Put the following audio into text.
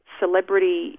celebrity